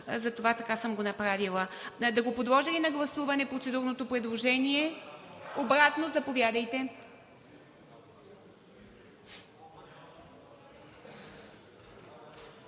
Затова така съм го направила. Да подложа ли на гласуване процедурното предложение? Обратно предложение